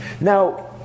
Now